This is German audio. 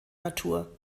natur